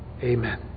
Amen